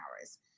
hours